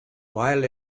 while